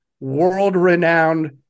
world-renowned